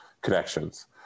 connections